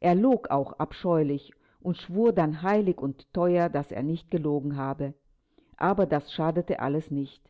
er log auch abscheulich und schwur dann heilig und teuer daß er nicht gelogen habe aber das schadete alles nicht